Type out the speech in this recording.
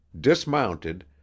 dismounted